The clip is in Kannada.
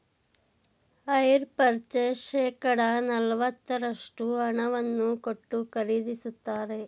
ಹೈರ್ ಪರ್ಚೇಸ್ ಶೇಕಡ ನಲವತ್ತರಷ್ಟು ಹಣವನ್ನು ಕೊಟ್ಟು ಖರೀದಿಸುತ್ತಾರೆ